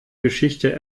geschichte